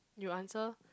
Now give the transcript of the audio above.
you answer